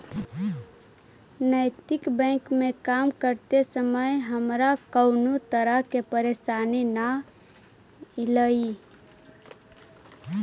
नैतिक बैंक में काम करते समय हमारा कउनो तरह के परेशानी न ईलई